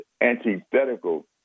antithetical